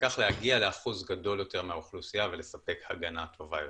וכך להגיע לאחוז גדול יותר מהאוכלוסייה ולהספק הגנה טובה יותר.